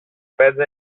πέντε